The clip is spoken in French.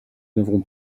n’avons